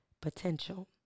potential